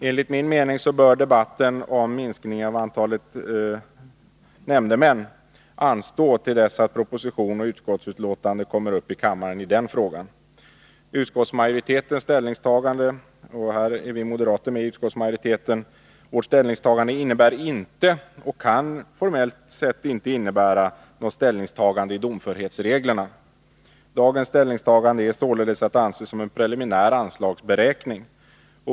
Enligt min mening bör debatten om minskning av antalet nämndemän anstå till dess att utskottets betänkande i den frågan kommer Utskottsmajoritetens ställningstagande — och här är vi moderater med i utskottsmajoriteten — innebär inte och kan formellt sett inte innebära något ställningstagande till domförhetsreglerna. Majoritetens ställningstagande är således att anse som en preliminär anslagsberäkning.